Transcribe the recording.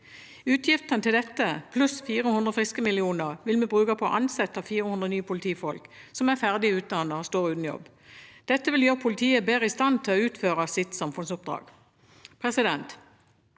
Utgiftene til dette, pluss 400 friske millioner, vil vi bruke på å ansette 400 nye politifolk, som er ferdig utdannet og står uten jobb. Dette vil gjøre politiet bedre i stand til å utføre sitt samfunnsoppdrag.